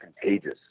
contagious